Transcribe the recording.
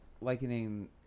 likening